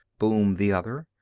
boomed the other.